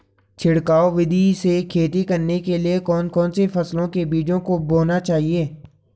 छिड़काव विधि से खेती करने के लिए कौन कौन सी फसलों के बीजों को बोना चाहिए?